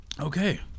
okay